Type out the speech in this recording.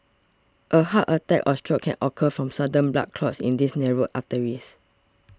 a heart attack or stroke can occur from sudden blood clots in these narrowed arteries